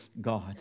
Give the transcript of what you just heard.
God